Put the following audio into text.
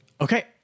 Okay